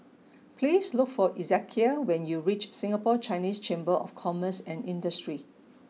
please look for Ezekiel when you reach Singapore Chinese Chamber of Commerce and Industry